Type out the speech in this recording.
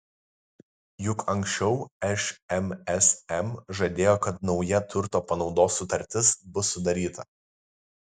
juk anksčiau šmsm žadėjo kad nauja turto panaudos sutartis bus sudaryta